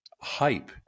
hype